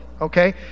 Okay